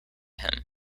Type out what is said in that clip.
him